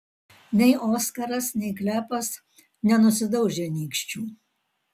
nei oskaras nei klepas nenusidaužė nykščių